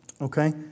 Okay